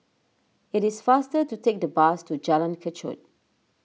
it is faster to take the bus to Jalan Kechot